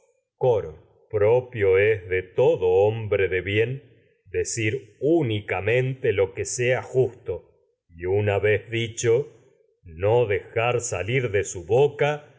nadie propio que es de todo hombre de bien decir úni justo y camente lo sea una vez dicho la no dejar pues por salir de su boca